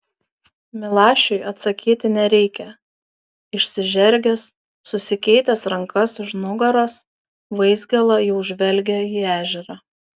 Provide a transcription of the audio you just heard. milašiui atsakyti nereikia išsižergęs susikeitęs rankas už nugaros vaizgėla jau žvelgia į ežerą